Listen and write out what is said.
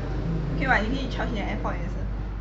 okay [what] 你可以 charge 你的 airpods 也是